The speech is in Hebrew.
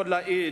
יכול להעיד.